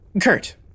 Kurt